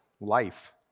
Life